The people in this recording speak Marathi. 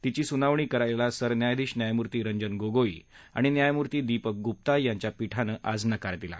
तिची सुनावणी करायला सरन्यायाधीश न्यायमूर्ती रंजन गोगोई आणि न्यायमूर्ती दीपक गुप्ता यांच्या पीठानं आज नकार दिला